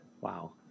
Wow